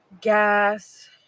gas